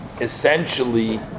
essentially